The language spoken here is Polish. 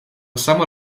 samo